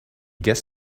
guest